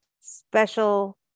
special